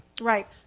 Right